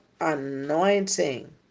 anointing